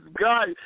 God